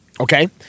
Okay